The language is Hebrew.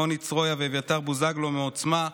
רוני צוריה ואביתר בוזגלו מעוצמה,